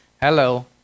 Hello